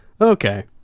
Okay